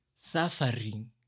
Suffering